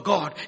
God